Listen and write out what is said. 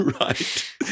Right